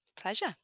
Pleasure